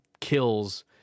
kills